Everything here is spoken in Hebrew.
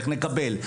ואיך נקבל?